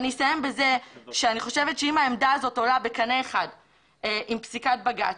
אסיים בזה שאם העמדה הזו עולה בקנה אחד עם פסיקת בג"ץ,